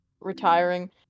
retiring